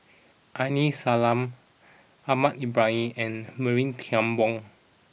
Aini Salang Ahmad Ibrahim and Marie Tian Bong